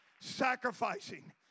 sacrificing